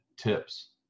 tips